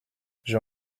j’ai